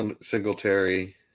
Singletary